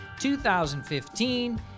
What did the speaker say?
2015